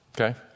Okay